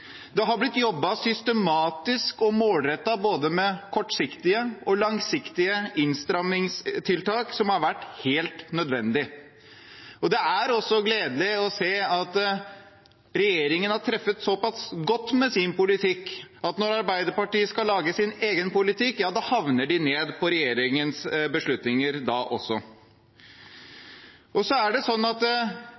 Det har blitt jobbet systematisk og målrettet med både kortsiktige og langsiktige innstrammingstiltak som har vært helt nødvendig. Det er også gledelig å se at regjeringen har truffet så pass godt med sin politikk at når Arbeiderpartiet skal lage sin egen politikk, havner de ned på regjeringens beslutninger da også.